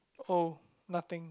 oh nothing